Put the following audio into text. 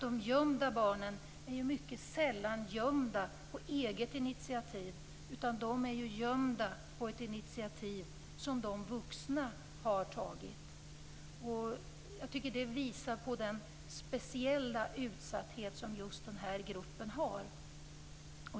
De gömda barnen är ju mycket sällan gömda på eget initiativ. Det är ju gömda på ett initiativ som de vuxna har tagit. Jag tycker att det visar på den speciella utsatthet som just den här gruppen har.